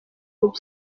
ebyiri